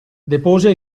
depose